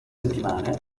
settimane